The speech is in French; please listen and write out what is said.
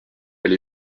elle